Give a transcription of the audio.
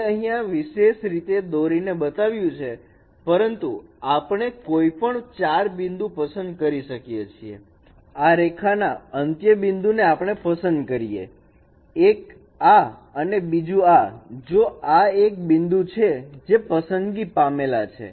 મેં અહીંયા વિશેષ રીતે દોરી ને બતાવ્યું છે પરંતુ આપણે કોઈપણ ચાર બિંદુ પસંદ કરી શકીએ છીએઆ રેખા ના અંત્ય બિંદુ ને આપણે પસંદ કરીએ એક આ અને બીજું આ જો આ એ બિંદુ છે જે પસંદગી પામેલા છે